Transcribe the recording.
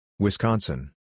Wisconsin